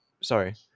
sorry